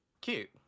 Cute